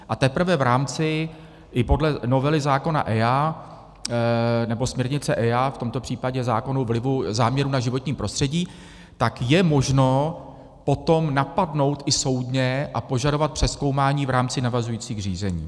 A teprve v rámci i podle novely zákona EIA, nebo směrnice EIA, v tomto případě zákon o vlivu záměru na životní prostředí, tak je možno potom napadnout i soudně a požadovat přezkoumání v rámci navazujících řízení.